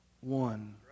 one